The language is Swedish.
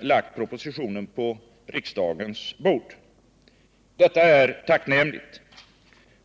lagt propositionen på riksdagens bord. Detta är tacknämligt.